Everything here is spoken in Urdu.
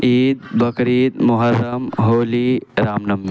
عید بقرعید محرم ہولی رام نومی